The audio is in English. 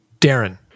Darren